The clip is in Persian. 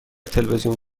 تلویزیون